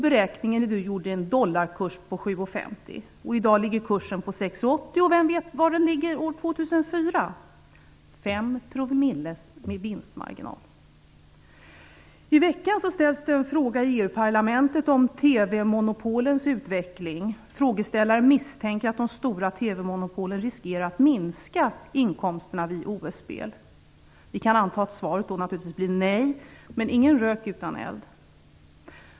Beräkningen är gjord med en dollarkurs om 7:50 kr., och i dag ligger kursen på 6:80 kr. Vem vet var den ligger år 2004? 5 % i vinstmarginal! I veckan ställs en fråga i EU-parlamentet om TV monopolens utveckling. Frågeställaren misstänker att de stora TV-monopolen riskerar att minska inkomsterna vid olympiska spel. Vi kan anta att svaret på detta blir nej, men ingen rök utan eld.